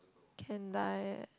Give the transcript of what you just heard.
can die eh